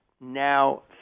now